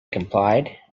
complied